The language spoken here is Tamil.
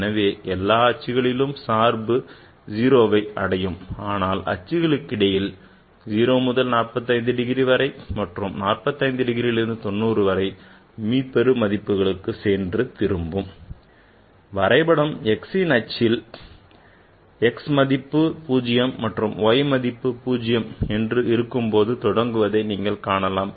எனவே எல்லா அச்சுகளிலும் சார்பு 0 வை அடையும் ஆனால் அச்சுகளுக்கிடையில் 0 முதல் 45 வரை மற்றும் 45 லிருந்து 90 வரை செல்லும்போது மீப்பெரு மதிப்புக்கு சென்று திரும்பும் வரைபடம் அச்சின் மையத்தில் x மதிப்பு 0 மற்றும் y மதிப்பும் 0 என இருக்கும்போது தொடங்குவதை நீங்கள் காணலாம்